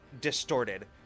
distorted